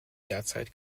derzeit